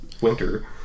winter